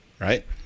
right